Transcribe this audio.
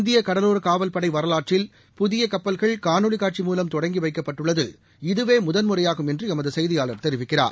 இந்திய கடலோர காவல்படை வரவாற்றில் புதிய கப்பல்கள் காணொலி காட்சி மூலம் தொடங்கி வைக்கப்பட்டுள்ளது இதுவே முதன்முறையாகும் என்று எமது செய்தியாளர் தெரிவிக்கிறார்